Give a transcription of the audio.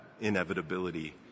inevitability